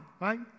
right